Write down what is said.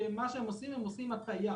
הם עושים הטעיה